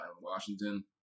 Washington